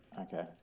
Okay